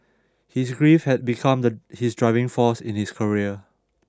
his grief had become the his driving force in his career